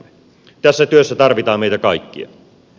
tässä työssä tarvitaan meitä kaikkia